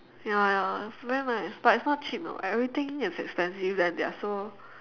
ya ya it's very nice but is not cheap everything is expensive and they are so